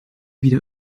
wieder